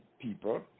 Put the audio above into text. people